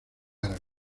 árabe